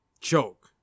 choke